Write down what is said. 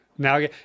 Now